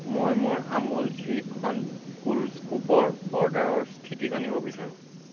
মই মোৰ আমুল শ্ৰীখণ্ড কুল স্কুপৰ অৰ্ডাৰৰ স্থিতি জানিব বিচাৰোঁ